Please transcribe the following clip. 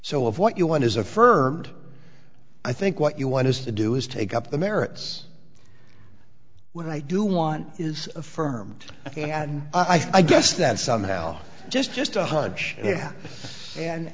so if what you want is affirmed i think what you want us to do is take up the merits when i do want is affirmed and i guess that somehow just just a hunch